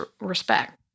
respect